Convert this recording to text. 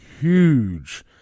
huge